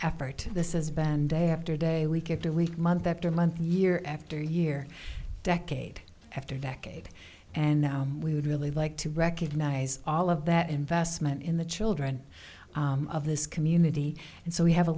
effort this is band day after day week after week month after month year after year decade after decade and now we would really like to recognize all of that investment in the children of this community and so we have a